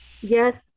yes